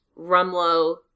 Rumlow